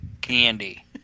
candy